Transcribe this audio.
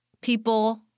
people